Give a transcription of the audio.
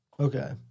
Okay